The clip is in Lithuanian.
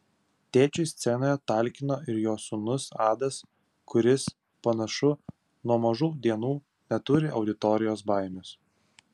tėčiui scenoje talkino ir jo sūnus adas kuris panašu nuo mažų dienų neturi auditorijos baimės